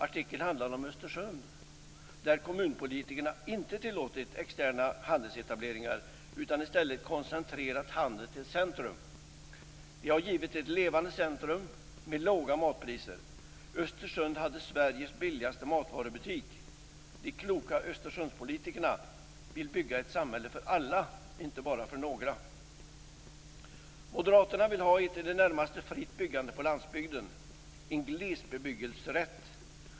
Artikeln handlade om Östersund där kommunpolitikerna inte tillåtit externa handelsetableringar utan i stället koncentrerat handeln till centrum. Det har givit ett levande centrum med låga matpriser. Östersund hade Sveriges billigaste matvarubutik. De kloka Östersundspolitikerna vill bygga ett samhälle för alla, inte bara för några. Moderaterna vill ha ett i det närmaste fritt byggande på landsbygden, en glesbebyggelserätt.